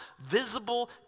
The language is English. visible